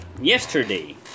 yesterday